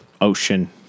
ocean